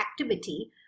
activity